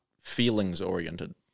feelings-oriented